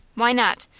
why not?